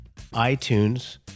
itunes